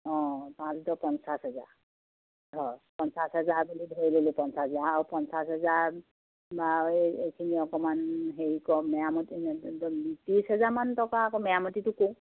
অঁ পাঁচ দহ পঞ্চাছ হাজাৰ হয় পঞ্চাছ হাজাৰ বুলি ধৰি ল'লো পঞ্চাছ হাজাৰ আৰু পঞ্চাছ হাজাৰ বাৰু এইখিনি অকণমান হেৰি কৰো মেৰাামতি ত্ৰিছ হোজাৰমান টকা আকৌ মেৰাামতিটো কৰোঁ